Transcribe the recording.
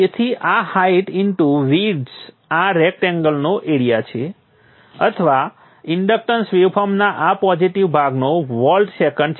તેથી આ height into width આ રેકટેંગલનો એરિઆ છે અથવા આ ઇન્ડક્ટન્સ વેવફોર્મના આ પોઝિટિવ ભાગનો વોલ્ટ સેકન્ડ છે